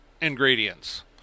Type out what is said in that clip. ingredients